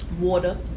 water